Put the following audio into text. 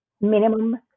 minimum